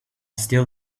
still